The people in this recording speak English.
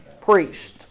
priest